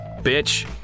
bitch